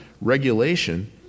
regulation